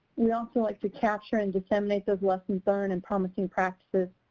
we also like to capture and disseminate those lessons learned and promising practices.